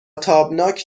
تابناک